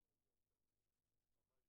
תקווה.